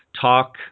talk